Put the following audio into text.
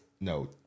No